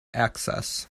access